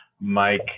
Mike